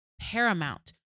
paramount